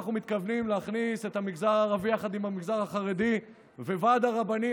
אנחנו מתכוונים להכניס את המגזר הערבי יחד עם החרדי לוועד הרבנים.